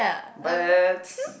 but